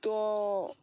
ତ